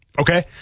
Okay